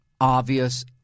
obvious